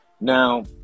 Now